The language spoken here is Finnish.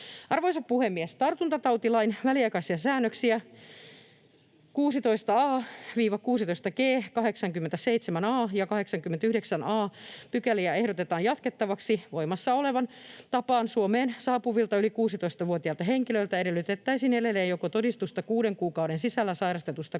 Arvoisa puhemies! Tartuntatautilain väliaikaisia säännöksiä 16 a—16 g, 87 a ja 89 a § ehdotetaan jatkettavaksi. Voimassa olevaan tapaan Suomeen saapuvilta yli 16-vuotiailta henkilöiltä edellytettäisiin edelleen joko todistusta kuuden kuukauden sisällä sairastetusta